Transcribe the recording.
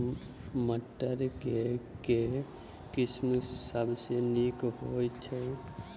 मटर केँ के किसिम सबसँ नीक होइ छै?